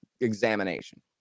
examination